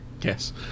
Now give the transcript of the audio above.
Yes